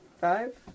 Five